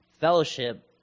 Fellowship